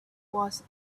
was